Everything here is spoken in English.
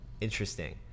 Interesting